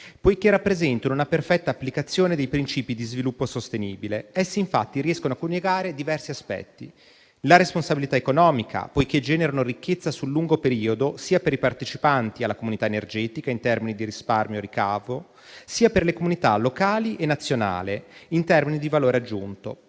poiché rappresentano una perfetta applicazione dei principi di sviluppo sostenibile. Esse infatti riescono a coniugare diverse aspetti: la responsabilità economica, poiché generano ricchezza sul lungo periodo sia per i partecipanti alla comunità energetica in termini di risparmio e ricavo, sia per le comunità locali e nazionale in termini di valore aggiunto;